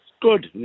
good